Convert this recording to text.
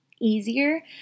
easier